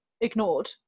ignored